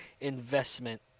Investment